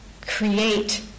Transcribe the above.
create